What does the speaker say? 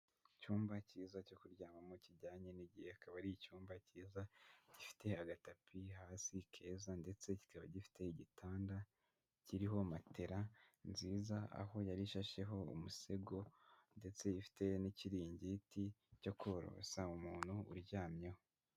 Icyumba cyiza cyo kuryamamo kijyanye n'igihe, akaba ari icyumba cyiza gifite agatapi hasi keza ndetse kikaba gifite igitanda kiriho matera nziza, aho yari ishasheho umusego ndetse ifite n'ikiringiti cyo korosa umuntu uryamyeho.